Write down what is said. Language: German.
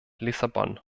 lissabon